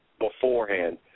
beforehand